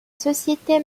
société